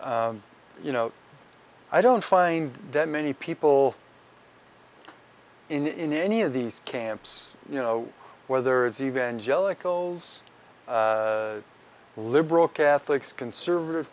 you know i don't find that many people in any of these camps you know whether it's evangelicals liberal catholics conservative